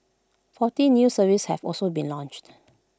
forty new services have also been launched